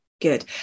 good